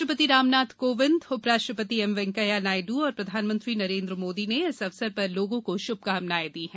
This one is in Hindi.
राष्ट्रपति रामनाथ कोविंद उपराष्ट्रपति एम वेंकैया नायड़ और प्रधानमंत्री नरेन्द्र मोदी ने इस अवसर पर लोगों को श्भकामनाएं दी हैं